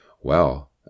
Well